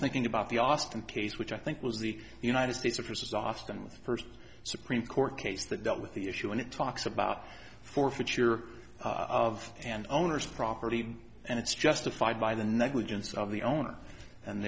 thinking about the austin case which i think was the united states of chris's often the first supreme court case that dealt with the issue and it talks about forfeiture of an owner's property and it's justified by the negligence of the owner and